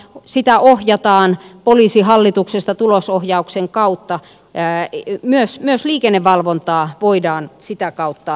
l sitä ohjataan poliisihallituksesta tulosohjauksen kautta päätti myös myös liikennevalvontaa voidaan sitä kautta